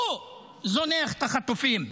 הוא זונח את החטופים.